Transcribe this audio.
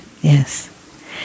Yes